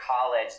college